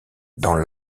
dans